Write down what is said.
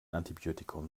antibiotikum